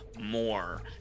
more